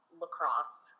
lacrosse